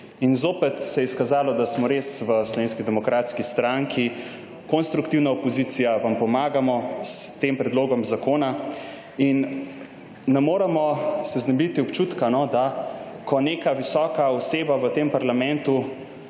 In zopet se je izkazalo, da smo res v Slovenski demokratski stranki konstruktivna opozicija, vam pomagamo s tem predlogom zakona. In ne moremo se znebiti občutka, da ko neka visoka oseba v tem parlamentu